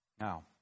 Now